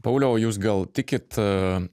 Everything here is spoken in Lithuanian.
pauliau o jūs gal tikit